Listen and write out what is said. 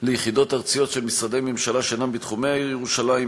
ליחידות ארציות של משרדי ממשלה שאינם בתחומי העיר ירושלים,